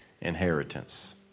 inheritance